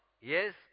yes